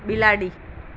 બિલાડી